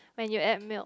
when you add milk